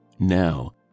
now